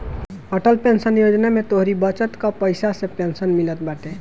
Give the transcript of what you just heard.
Atal pension Yojana में तोहरी बचत कअ पईसा से पेंशन मिलत बाटे